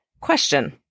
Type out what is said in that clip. question